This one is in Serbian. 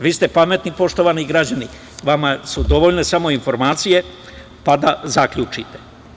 Vi ste pametni, poštovani građani, vama su dovoljne samo informacije, pa da zaključite.